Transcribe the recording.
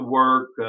work